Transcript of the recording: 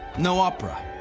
no opera,